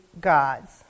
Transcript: gods